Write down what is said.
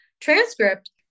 transcript